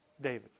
David